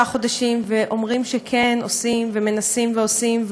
חודשים ואומרים שכן עושים ומנסים ועושים,